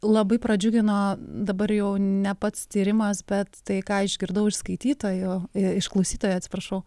labai pradžiugino dabar jau ne pats tyrimas bet tai ką išgirdau iš skaitytojų iš klausytojo atsiprašau